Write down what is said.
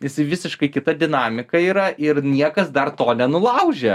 jisai visiškai kita dinamika yra ir niekas dar to nenulaužė